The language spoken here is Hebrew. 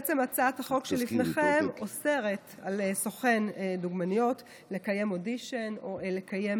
הצעת החוק שלפניכם אוסרת על סוכן דוגמניות לקיים אודישן או לקיים